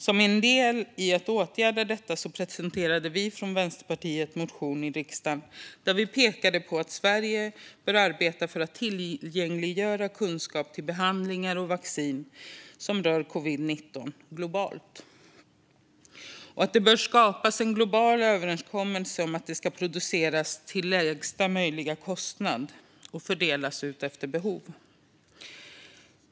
Som en del i att åtgärda detta väckte vi från Vänsterpartiet en motion i riksdagen där vi pekade på att Sverige bör arbeta för att globalt tillgängliggöra kunskap om behandlingar och vaccin som rör covid-19 samt att det bör skapas en global överenskommelse om att det ska produceras till lägsta möjliga kostnad och fördelas efter behov.